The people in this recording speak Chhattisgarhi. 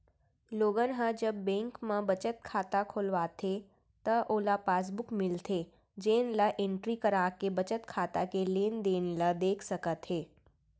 लोगन ह जब बेंक म बचत खाता खोलवाथे त ओला पासबुक मिलथे जेन ल एंटरी कराके बचत खाता के लेनदेन ल देख सकत हे